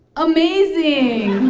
amazing.